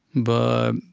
but